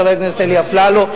חבר הכנסת אלי אפללו,